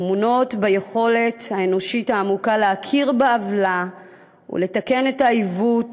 טמונות ביכולת האנושית העמוקה להכיר בעוולה ולתקן את העיוות